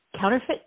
counterfeit